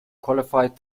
qualified